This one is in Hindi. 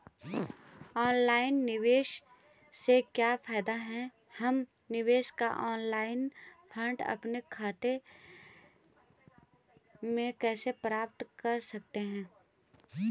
ऑनलाइन निवेश से क्या फायदा है हम निवेश का ऑनलाइन फंड अपने बचत खाते में कैसे प्राप्त कर सकते हैं?